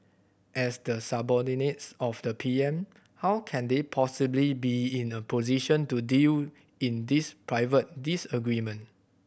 as the subordinates of the P M how can they possibly be in a position to deal in this private disagreement